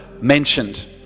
mentioned